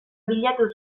bilatu